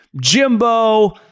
Jimbo